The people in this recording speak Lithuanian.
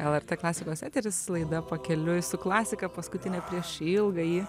lrt klasikos eteris laida pakeliui su klasika paskutinė prieš ilgąjį